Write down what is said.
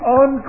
on